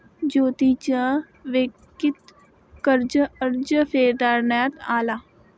ज्योतीचा वैयक्तिक कर्ज अर्ज फेटाळण्यात आला